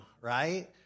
right